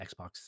xbox